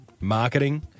marketing